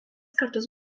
kartus